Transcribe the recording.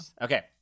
Okay